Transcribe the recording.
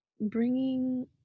bringing